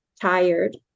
tired